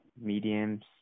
mediums